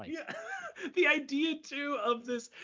ah yeah the idea too of this.